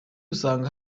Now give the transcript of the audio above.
usanga